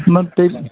नद दै